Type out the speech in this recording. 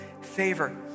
favor